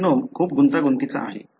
genome खूप गुंतागुंतीचा आहे